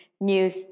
news